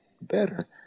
better